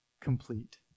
complete